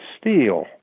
Steel